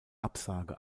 absage